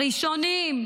הראשונים,